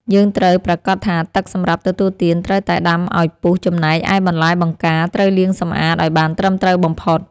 យើងត្រូវប្រាកដថាទឹកសម្រាប់ទទួលទានត្រូវតែដាំឱ្យពុះចំណែកឯបន្លែបង្ការត្រូវលាងសម្អាតឱ្យបានត្រឹមត្រូវបំផុត។